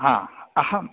हा अहम्